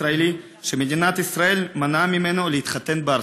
ישראלי שמדינת ישראל מנעה ממנו להתחתן בארצו: